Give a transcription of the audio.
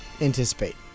anticipate